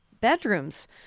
bedrooms